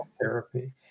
therapy